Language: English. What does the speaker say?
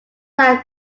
are